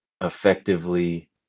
effectively